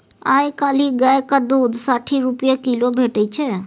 आइ काल्हि गायक दुध साठि रुपा किलो भेटै छै